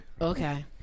Okay